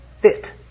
fit